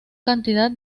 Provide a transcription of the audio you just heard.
cantidad